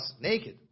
naked